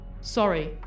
Sorry